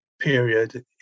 period